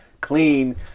clean